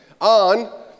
on